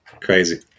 Crazy